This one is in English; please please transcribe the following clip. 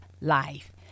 life